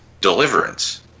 Deliverance